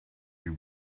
you